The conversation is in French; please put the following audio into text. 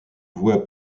voie